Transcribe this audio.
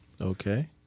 Okay